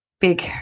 big